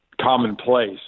commonplace